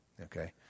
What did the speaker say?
okay